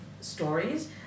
stories